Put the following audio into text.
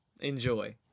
Enjoy